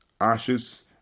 Ashes